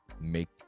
make